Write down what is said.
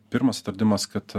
pirmas atradimas kad